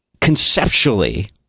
conceptually